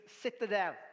citadel